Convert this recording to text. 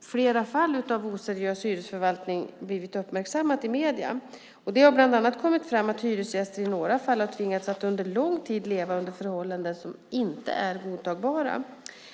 flera fall av oseriös hyresförvaltning uppmärksammats i massmedierna. Det har bland annat kommit fram att hyresgäster i några fall har tvingats att under lång tid leva under förhållanden som inte är godtagbara.